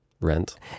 rent